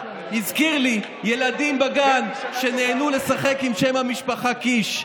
הזכיר לי ילדים בגן שנהנו לשחק עם שם המשפחה "קיש".